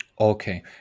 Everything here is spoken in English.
Okay